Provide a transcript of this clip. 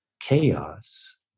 chaos